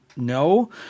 No